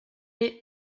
est